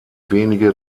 wenige